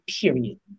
Period